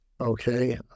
Okay